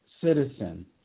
citizen